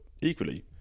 equally